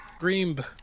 Greenb